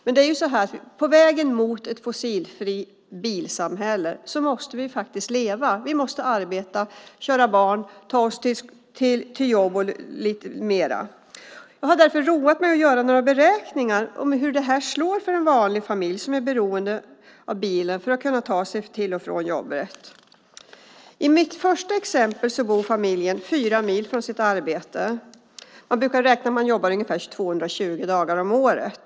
Men på vägen mot ett fossilfritt bilsamhälle måste vi också leva. Vi måste arbeta, köra barn, ta oss till jobbet med mera. Jag har därför roat mig med att göra några beräkningar för att se hur det slår för en vanlig familj som är beroende av bilen för att kunna ta sig till och från jobbet. I mitt första exempel bor familjen fyra mil från arbetet. Man brukar räkna att vi jobbar ungefär 220 dagar om året.